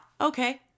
okay